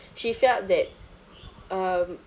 she felt that um